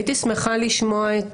הייתי שמחה לשמוע את